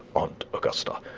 aunt augusta,